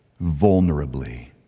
vulnerably